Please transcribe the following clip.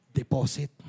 deposit